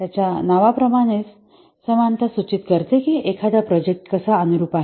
त्याच्या नावा प्रमाणे समानता सूचित करते की एखादा प्रोजेक्ट कसा अनुरुप आहे